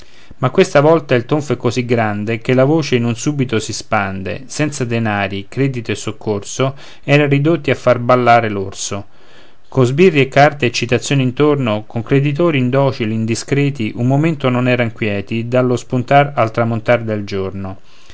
ma questa volta il tonfo è così grande che la voce in un subito si spande senza denari credito e soccorso eran ridotti a far ballare l'orso con sbirri e carte e citazioni intorno con creditori indocili indiscreti un momento non erano quieti dallo spuntare al tramontar del giorno